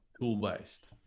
tool-based